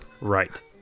Right